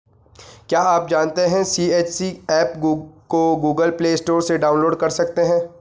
क्या आप जानते है सी.एच.सी एप को गूगल प्ले स्टोर से डाउनलोड कर सकते है?